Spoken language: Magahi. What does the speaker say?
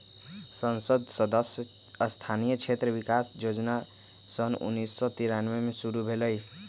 संसद सदस्य स्थानीय क्षेत्र विकास जोजना सन उन्नीस सौ तिरानमें में शुरु भेलई